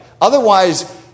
Otherwise